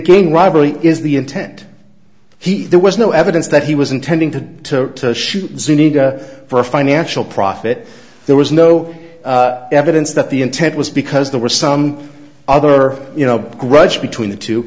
game robbery is the intent he there was no evidence that he was intending to shoot zuniga for financial profit there was no evidence that the intent was because there were some other you know grudge between the two